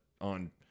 on